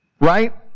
right